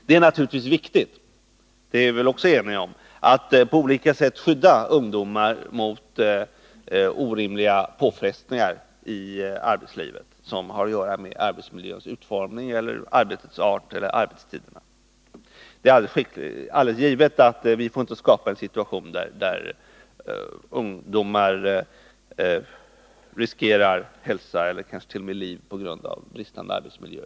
Det är naturligtvis viktigt — det är vi väl också eniga om — att på olika sätt skydda ungdomar mot orimliga påfrestningar i arbetslivet som har att göra med arbetsmiljöns utformning, arbetets art eller arbetstiderna. Det är alldeles givet att vi inte får skapa en situation där ungdomarna riskerar hälsa ellert.o.m. liv på grund av bristande arbetsmiljö.